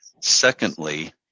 Secondly